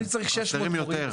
אני צריך 600 מורים.